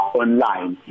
online